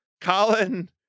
Colin